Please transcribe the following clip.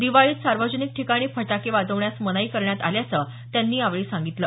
दिवाळीत सार्वजनिक ठिकाणी फटाके वाजवण्यास मनाई करण्यात आल्याचं त्यांनी सांगितलं